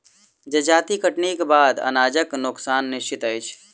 जजाति कटनीक बाद अनाजक नोकसान निश्चित अछि